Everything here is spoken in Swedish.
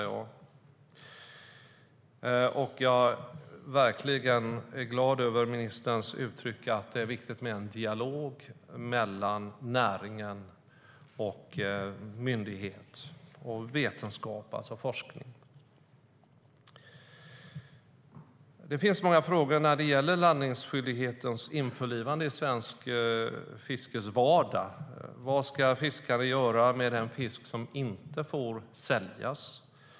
Jag är glad över att ministern uttrycker att det är viktigt med en dialog mellan näring, myndighet och forskning. Det finns många frågor vad gäller landningsskyldighetens införlivande i svensk fiskes vardag. Vad ska fiskarna göra med den fisk som inte får säljas?